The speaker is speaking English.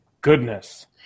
goodness